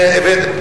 לבין הסוציאליזם.